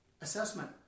assessment